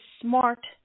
smart